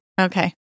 Okay